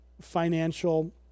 financial